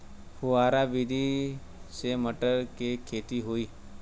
फुहरा विधि से मटर के खेती होई